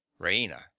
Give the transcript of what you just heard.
raina